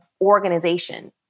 organization